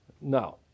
No